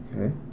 Okay